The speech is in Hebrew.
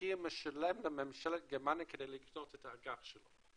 המשקיע משלם לממשלת גרמניה כדי לקנות את האג"ח שלה.